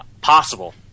possible